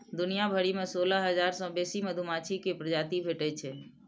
दुनिया भरि मे सोलह हजार सं बेसी मधुमाछी के प्रजाति भेटै छै